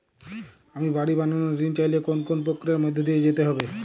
আমি বাড়ি বানানোর ঋণ চাইলে কোন কোন প্রক্রিয়ার মধ্যে দিয়ে যেতে হবে?